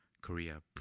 Korea